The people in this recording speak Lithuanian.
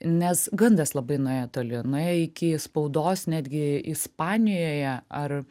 nes gandas labai nuėjo toli nuėjo iki spaudos netgi ispanijoje ar